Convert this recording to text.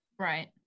Right